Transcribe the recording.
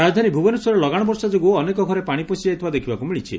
ରାକଧାନୀ ଭୁବନେଶ୍ୱରରେ ଲଗାଣ ବର୍ଷା ଯୋଗୁଁ ଅନେକ ଘରେ ପାଣି ପଶିଯାଇଥିବା ଦେଖିବାକୁ ମିଳିଛି